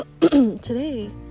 Today